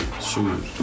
shoot